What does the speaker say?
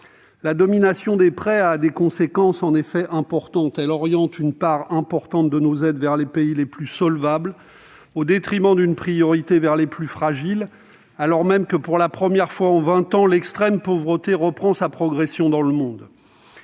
La domination des prêts a des conséquences fortes. Elle oriente une part importante de nos aides vers les pays les plus solvables, au détriment des plus fragiles qui devraient avoir la priorité, alors même que, pour la première fois en vingt ans, l'extrême pauvreté reprend sa progression dans le monde.